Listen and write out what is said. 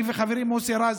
אני וחברי מוסי רז,